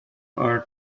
are